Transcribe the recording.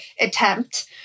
attempt